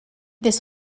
this